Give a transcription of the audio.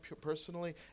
personally